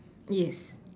yes